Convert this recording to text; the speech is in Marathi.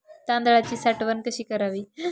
तांदळाची साठवण कशी करावी?